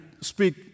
speak